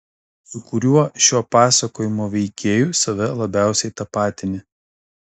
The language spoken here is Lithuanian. su kuriuo šio pasakojimo veikėju save labiausiai tapatini